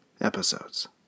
episodes